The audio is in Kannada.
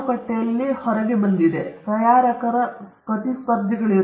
ಆದ್ದರಿಂದ ಪುಸ್ತಕವು ಯಾವುದೇ ಸಂಖ್ಯೆಯ ಜನರಿಗೆ ಲೈವ್ ವೀಕ್ಷಣೆಗಾಗಿ ಲಭ್ಯವಿದೆ